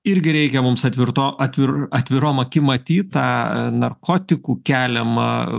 irgi reikia mums atvirto atvir atvirom akim matyt tą narkotikų keliamą